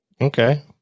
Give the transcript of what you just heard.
okay